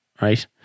right